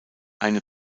eine